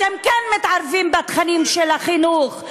אתם כן מתערבים בתכנים של החינוך.